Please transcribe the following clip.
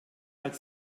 hat